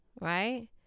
Right